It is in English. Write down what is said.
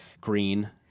green